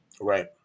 Right